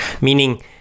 meaning